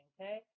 okay